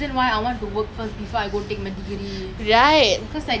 I would re~ did you know I actually like I've always wanted to go J_C